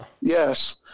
Yes